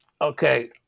okay